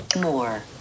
More